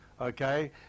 Okay